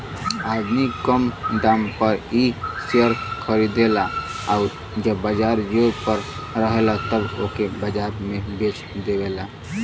आदमी कम दाम पर इ शेअर खरीदेला आउर जब बाजार जोर पर रहेला तब ओके बाजार में बेच देवेला